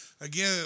again